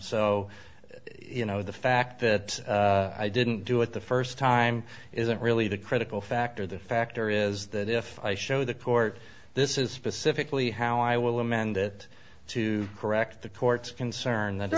so you know the fact that i didn't do it the first time isn't really the critical factor the factor is that if i show the court this is specifically how i will amend it to correct the court's concern th